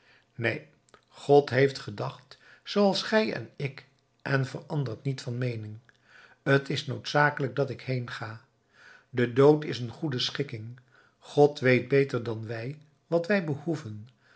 neen god heeft gedacht zooals gij en ik en verandert niet van meening t is noodzakelijk dat ik heenga de dood is een goede schikking god weet beter dan wij wat wij behoeven